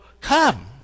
come